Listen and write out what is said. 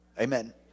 Amen